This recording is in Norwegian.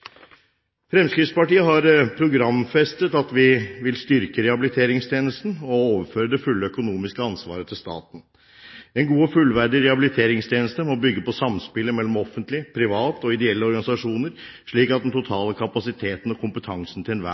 Fremskrittspartiet har programfestet at vi vil styrke rehabiliteringstjenesten og overføre det fulle økonomiske ansvaret til staten. En god og fullverdig rehabiliteringstjeneste må bygge på samspillet mellom offentlige, private og ideelle organisasjoner, slik at den totale kapasiteten og kompetansen til enhver